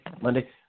Monday